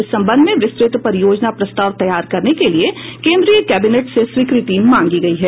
इस संबंध में विस्तृत परियोजना प्रस्ताव तैयार करने के लिये केंद्रीय कैबिनेट से स्वीकृति मांगी गयी है